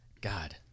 God